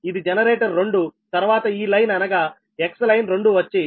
ఇది జనరేటర్ 2 తర్వాత ఈ లైన్ అనగా Xline 2 వచ్చిj0